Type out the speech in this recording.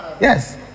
Yes